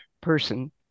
person